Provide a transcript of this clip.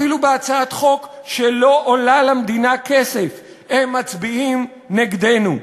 אפילו בהצעת חוק שלא עולה למדינה כסף הם מצביעים נגדנו.